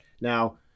Now